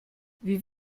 wie